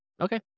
Okay